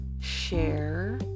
share